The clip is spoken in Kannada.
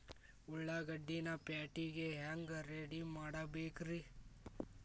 ಉಳ್ಳಾಗಡ್ಡಿನ ಪ್ಯಾಟಿಗೆ ಹ್ಯಾಂಗ ರೆಡಿಮಾಡಬೇಕ್ರೇ?